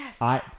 yes